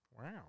Wow